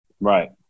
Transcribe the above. Right